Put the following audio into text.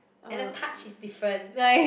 and the touch is different